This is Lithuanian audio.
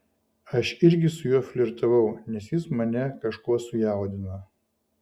aš irgi su juo flirtavau nes jis mane kažkuo sujaudino